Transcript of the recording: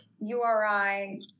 URI